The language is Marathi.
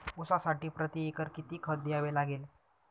ऊसासाठी प्रतिएकर किती खत द्यावे लागेल?